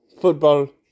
football